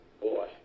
Boy